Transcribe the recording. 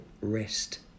rest